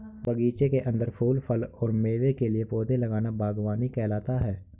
बगीचे के अंदर फूल, फल और मेवे के लिए पौधे लगाना बगवानी कहलाता है